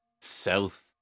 south